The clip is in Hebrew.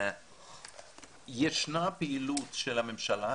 ישנה פעילות של הממשלה.